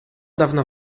dawna